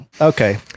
okay